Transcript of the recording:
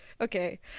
Okay